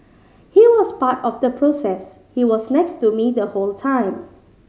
he was part of the process he was next to me the whole time